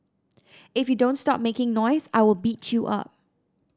if you don't stop making noise I will beat you up